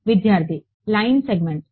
విద్యార్థి line segment